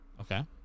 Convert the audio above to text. okay